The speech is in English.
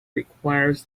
requires